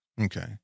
Okay